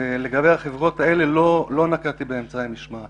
לגבי החברות האלה לא נקטתי באמצעי משמעת.